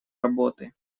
работы